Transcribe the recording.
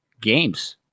games